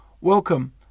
Welcome